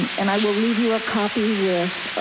um and i will leave you a copy with